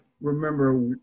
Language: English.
remember